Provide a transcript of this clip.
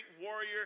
warrior